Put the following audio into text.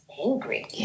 angry